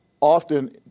often